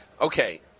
Okay